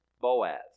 Boaz